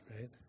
right